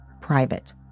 private